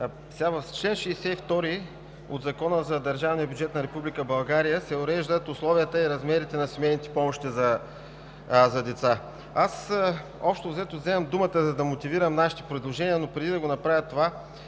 В чл. 62 от Закона за държавния бюджет на Република България се уреждат условията и размерите на семейните помощи за деца. Вземам думата, за да мотивирам нашите предложения, но преди да го направя,